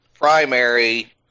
primary